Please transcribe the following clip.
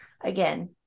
Again